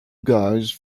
guise